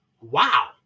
wow